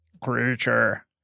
Creature